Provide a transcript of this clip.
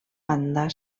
banda